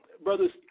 brothers